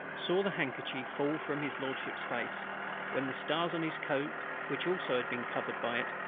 saw the handkerchief fall from his lordship's face when the stars on his coat, which also had been covered by it,